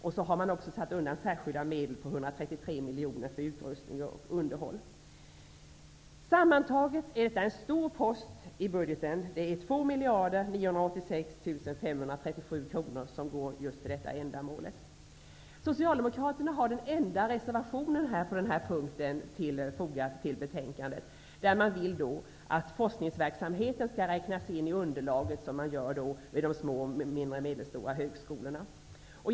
Dessutom har man avsatt särskilda medel på 133 miljoner för utrustning och underhåll. Sammantaget är detta en stor post i budgeten som uppgår till 2 986 000 537 kronor som avsätts för just detta ändamål. Socialdemokraterna har på den här punkten den enda reservation som är fogad till detta betänkande. De vill att forskningsverksamheten vid de små och medelstora högskolorna skall räknas in i underlaget.